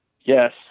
Yes